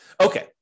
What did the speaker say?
Okay